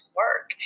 work